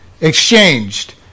exchanged